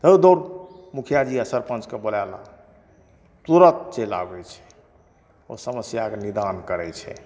हौ दौग मुखियाजी आ सरपंचके बोलाए ला तुरत चैलि आबै छै ओ समस्याके निदान करै छै